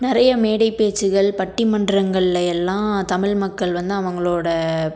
நிறையா மேடை பேச்சுகள் பட்டிமன்றங்களில் எல்லாம் தமிழ் மக்கள் வந்து அவர்களோட